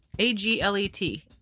A-G-L-E-T